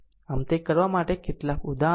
આમ આ તે કરવા માટે એક ઉદાહરણ છે